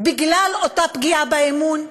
בגלל אותה פגיעה באמון,